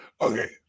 Okay